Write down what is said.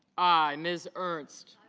i. mr. ernst